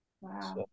Wow